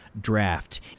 draft